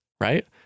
right